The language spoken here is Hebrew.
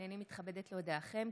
הינני מתכבדת להודיעכם,